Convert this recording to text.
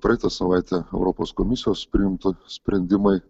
praeitą savaitę europos komisijos priimtu sprendimai